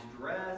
dress